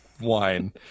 wine